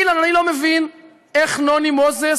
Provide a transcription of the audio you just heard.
אילן, אני לא מבין איך נוני מוזס